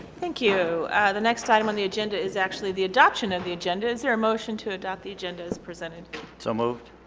thank you the next item on the agenda is actually the adoption of and the agenda. is there a motion to adopt the agenda as presented? so moved